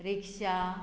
rickshaw